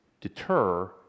deter